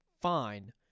fine